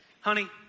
Honey